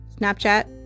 Snapchat